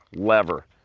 lever,